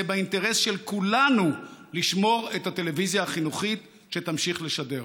זה באינטרס של כולנו לשמור את הטלוויזיה החינוכית שתמשיך לשדר.